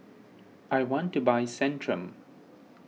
I want to buy Centrum